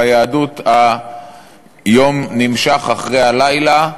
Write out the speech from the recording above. ביהדות, היום נמשך אחרי הלילה,